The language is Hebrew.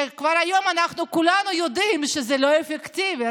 שכבר היום כולנו יודעים שזה לא אפקטיבי,